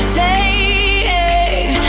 take